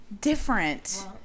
different